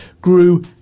grew